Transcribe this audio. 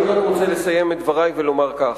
אני רק רוצה לסיים את דברי ולומר כך: